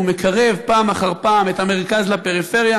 והוא מקרב פעם אחר פעם את המרכז לפריפריה